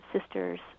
sisters